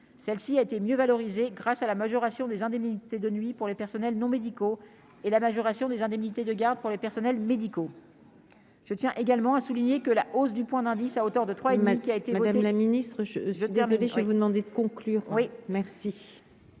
celle-ci a été mieux valorisés grâce à la majoration des indemnités de nuit pour les personnels non médicaux et la majoration des indemnités de garde pour les personnels médicaux je tiens également à souligner que la hausse du point d'indice à hauteur de 3 Himad qui a. Et Madame la Ministre, je je garde des, je vais vous demander de conclure : oui